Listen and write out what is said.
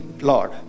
Lord